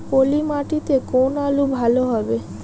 পলি মাটিতে কোন আলু ভালো হবে?